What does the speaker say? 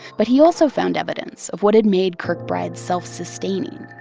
but he also found evidence of what had made kirkbrides self-sustaining,